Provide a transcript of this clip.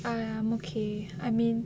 I'm okay I mean